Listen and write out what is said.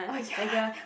oh ya ya